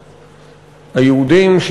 היהודים,